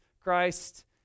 Christ